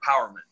empowerment